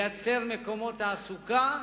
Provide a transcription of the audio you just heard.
לייצר מקומות תעסוקה,